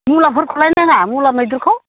मुलाफोरखौलाय नाङा मुला मैद्रुखौ